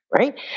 right